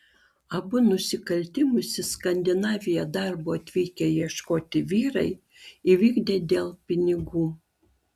abu nusikaltimus į skandinaviją darbo atvykę ieškoti vyrai įvykdė dėl pinigų